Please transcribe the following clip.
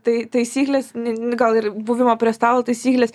tai taisykles n gal ir buvimo prie stalo taisykles